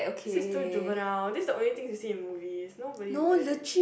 this is too juvenile this the only thing you see in movies nobody do that